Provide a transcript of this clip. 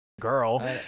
girl